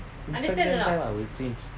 inspection time I will change